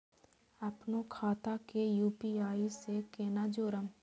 अपनो खाता के यू.पी.आई से केना जोरम?